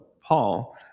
Paul